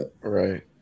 Right